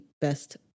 best